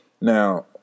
Now